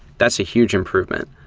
that's a huge improvement.